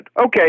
Okay